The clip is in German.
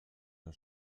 der